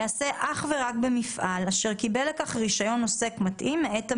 ייעשה אך ורק במפעל אשר קיבל לכך רישיון עוסק מתאים מאת המנהל,